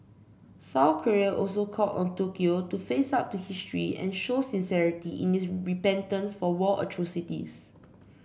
South Korea also called on Tokyo to face up to history and show sincerity in its repentance for war atrocities